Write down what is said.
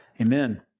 Amen